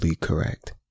correct